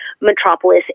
metropolis